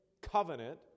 covenant